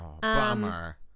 bummer